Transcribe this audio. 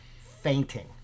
fainting